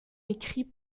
écrit